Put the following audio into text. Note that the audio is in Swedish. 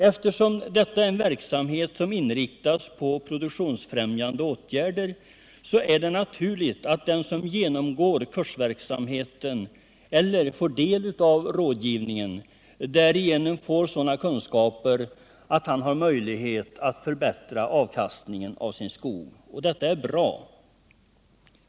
Eftersom detta är en verksamhet som inriktas på produktionsfrämjande åtgärder så är det naturligt att den som genomgår kursverksamheten eller får del av rådgivningen därigenom får sådana kunskaper att han har möjlighet att förbättra avkastningen av sin skog. Det är bra.